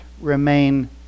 remain